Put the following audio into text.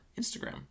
Instagram